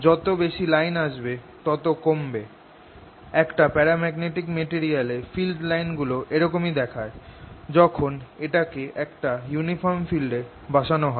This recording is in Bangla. যত বেশি লাইন আসবে তত কমবে একটা প্যারাম্যাগনেটিক মেটেরিয়ালে ফিল্ড লাইন গুলো এরকমই দেখায় যখন এটাকে একটা ইউনিফর্ম ফিল্ড এ বসানো হয়